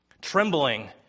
Trembling